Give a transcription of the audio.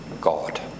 God